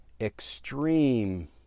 extreme